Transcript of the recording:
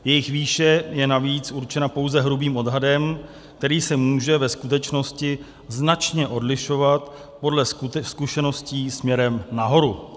Jejich výše je navíc určena pouze hrubým odhadem, který se může ve skutečnosti značně odlišovat podle zkušeností směrem nahoru.